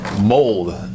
mold